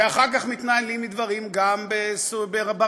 אחר כך מתנהלים דברים גם ברצועה,